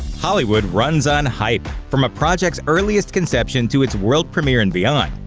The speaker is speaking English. hollywood runs on hype, from a project's earliest conception to its world premiere and beyond,